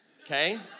okay